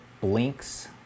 blinks